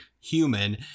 human